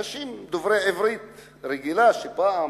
אנשים דוברי עברית רגילה, שפעם